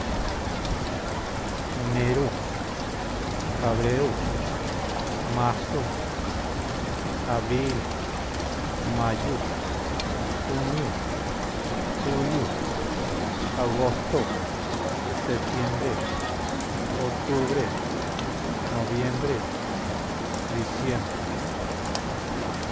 Nerú jabrerú marsú abril mayú juniu juliu abgosto setenbre ōtúbre nōviembre diciembre.